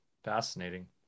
Fascinating